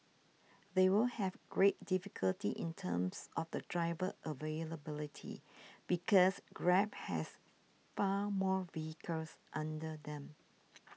they will have great difficulty in terms of the driver availability because Grab has far more vehicles under them